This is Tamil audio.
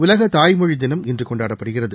உலக தாய்மொழி தினம் இன்று கொண்டாடப்படுகிறது